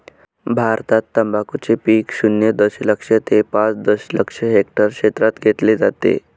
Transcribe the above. भारतात तंबाखूचे पीक शून्य दशलक्ष ते पाच दशलक्ष हेक्टर क्षेत्रात घेतले जाते